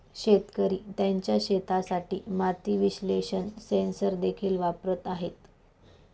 शेतकरी त्यांच्या शेतासाठी माती विश्लेषण सेन्सर देखील वापरत आहेत